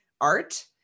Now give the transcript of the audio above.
art